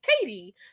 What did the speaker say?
Katie